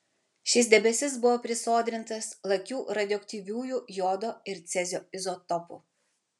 šis debesis buvo prisodrintas lakių radioaktyviųjų jodo ir cezio izotopų